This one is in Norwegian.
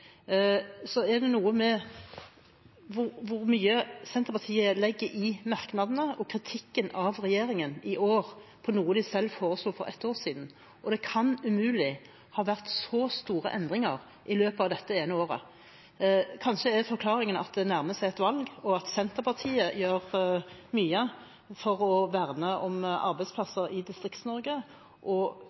så er det noe med hvor mye Senterpartiet legger i merknadene og kritikken av regjeringen i år på noe de selv foreslo for ett år siden. Det kan umulig ha vært så store endringer i løpet av dette ene året. Kanskje er forklaringen at det nærmer seg et valg,